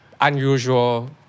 unusual